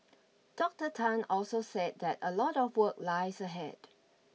Doctor Tan also said that a lot of work lies ahead